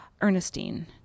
Ernestine